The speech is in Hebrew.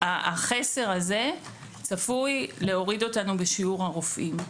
החסר הזה צפוי להוריד אותנו בשיעור הרופאים.